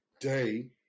day